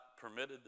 permitted